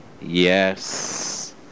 Yes